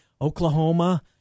Oklahoma